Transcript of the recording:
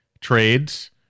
Trades